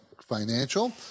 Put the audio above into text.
Financial